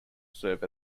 serve